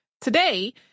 Today